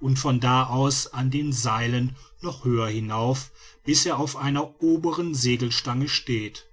und von da aus an den seilen noch höher hinauf bis er auf einer oberen segelstange steht